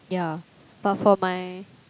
yeah but for my